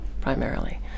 primarily